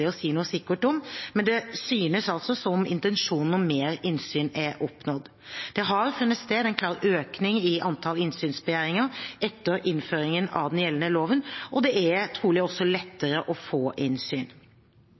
å si noe sikkert om, men det synes som om intensjonen om mer innsyn er oppnådd. Det har funnet sted en klar økning i antall innsynsbegjæringer etter innføringen av den gjeldende loven, og det er trolig også